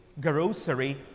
grocery